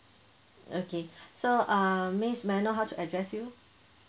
okay so err miss may I know how to address you